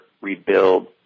rebuild